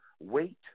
wait